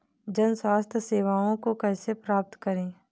जन स्वास्थ्य सेवाओं को कैसे प्राप्त करें?